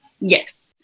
Yes